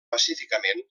pacíficament